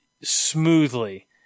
smoothly